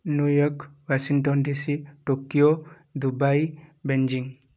New York Washington DC Tokyo Dubai Beijing